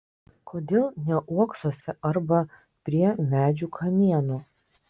kodėl ne uoksuose arba prie medžių kamienų